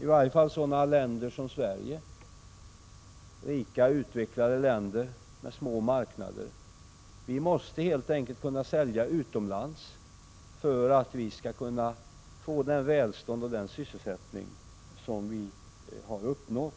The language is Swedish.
i varje fall för sådana länder som Sverige — dvs. rika, utvecklade länder med små marknader. Vi måste helt enkelt kunna sälja utomlands för att vi skall kunna ha det välstånd och den sysselsättning som vi uppnått.